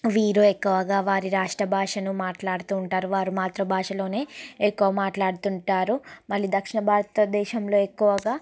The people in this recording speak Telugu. వీరు ఎక్కువగా వారి రాష్ట్ర భాషను మాట్లాడుతూ ఉంటారు వారు మాతృ భాష లోనే ఎక్కువ మాట్లాడుతూ ఉంటారు మళ్ళి దక్షిణ భారత దేశంలో ఎక్కువగా